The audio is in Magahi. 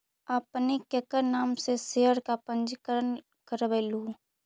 आपने केकर नाम से शेयर का पंजीकरण करवलू